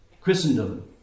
Christendom